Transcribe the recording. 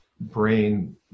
brain